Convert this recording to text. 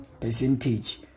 percentage